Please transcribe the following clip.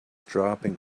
dropping